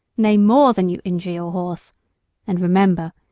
nay more, than you injure your horse and remember,